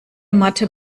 mathe